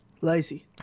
lazy